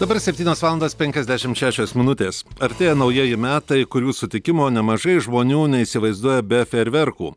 dabar septynios valandos penkiasdešimt šešios minutės artėja naujieji metai kurių sutikimo nemažai žmonių neįsivaizduoja be fejerverkų